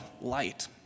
light